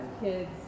kids